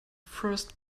first